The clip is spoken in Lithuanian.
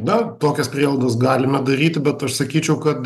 na tokias prielaidas galima daryti bet aš sakyčiau kad